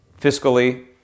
fiscally